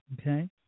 Okay